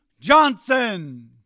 Johnson